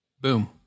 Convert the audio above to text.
boom